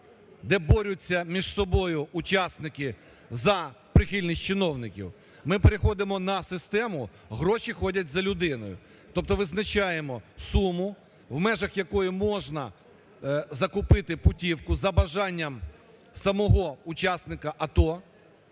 де борються між собою учасники за прихильність чиновників, ми переходимо на систему "Гроші ходять за людиною". Тобто визначаємо суму, в межах якої можна закупити путівку за бажанням самого учасника АТО,